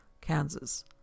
Kansas